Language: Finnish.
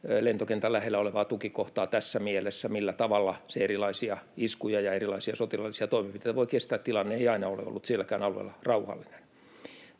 lentokentän lähellä olevaa tukikohtaa tässä mielessä, millä tavalla se erilaisia iskuja ja erilaisia sotilaallisia toimenpiteitä voi kestää. Tilanne ei aina ole ollut sielläkään alueella rauhallinen.